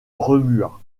remua